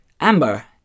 amber